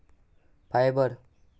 fibre